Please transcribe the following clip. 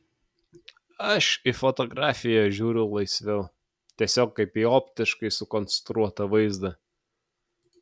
aš į fotografiją žiūriu laisviau tiesiog kaip į optiškai sukonstruotą vaizdą